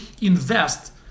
invest